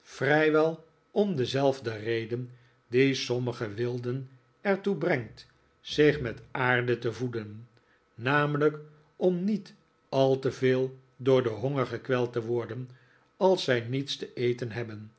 vrijwel om dezelfde reden die sommige wilden er toe brengt zich met aarde te voeden namelijk om niet al te veel door den honger gekweld te worden als zij niets te eten hebben